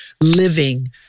living